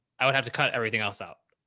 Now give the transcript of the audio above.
i would have to cut everything else out.